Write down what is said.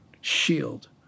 shield